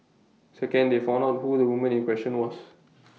second they found out who the woman in question was